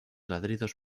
ladridos